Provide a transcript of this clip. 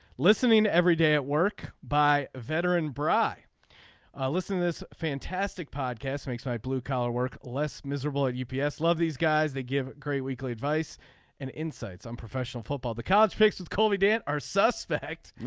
listening every day at work by veteran bry i listen this fantastic podcast makes my blue collar work less miserable at u p s. love these guys they give great weekly advice and insights on professional football the college picks with colby dan are suspect.